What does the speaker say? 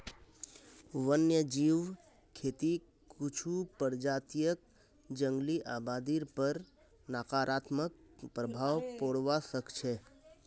वन्यजीव खेतीक कुछू प्रजातियक जंगली आबादीर पर नकारात्मक प्रभाव पोड़वा स ख छ